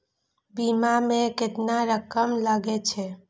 बीमा में केतना रकम लगे छै?